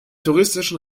touristischen